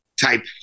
type